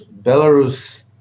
Belarus